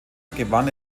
gewann